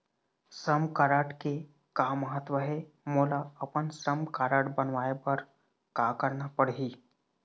श्रम कारड के का महत्व हे, मोला अपन श्रम कारड बनवाए बार का करना पढ़ही?